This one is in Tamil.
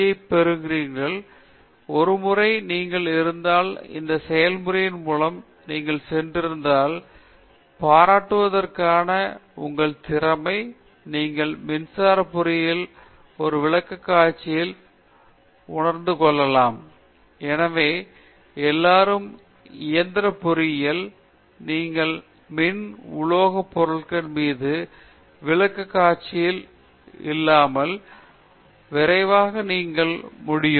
யைப் பெற்றிருக்கிறீர்கள் ஒருமுறை நீங்கள் இருந்தால் இந்த செயல்முறையின் மூலம் நீங்கள் சென்றிருந்தால் பாராட்டுவதற்கான உங்கள் திறமை நீங்கள் மின்சார பொறியியலில் ஒரு விளக்கக்காட்சியில் உட்கார்ந்து கொள்ளலாம் நீங்கள் எல்லோரும் இயந்திர பொறியியல் நீங்கள் மின் உலோகம் பொருட்கள் மீது விளக்கக்காட்சியில் உட்கார்ந்து கொள்ளலாம் அப்படியிருந்தால் விரைவாக நீங்கள் உங்களால் முடியும்